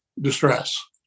distress